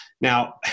now